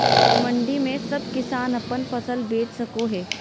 मंडी में सब किसान अपन फसल बेच सको है?